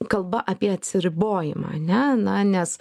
kalba apie atsiribojimą ane nes